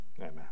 amen